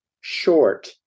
short